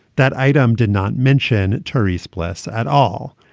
that item did not mention tourist pless at all.